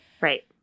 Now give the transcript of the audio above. Right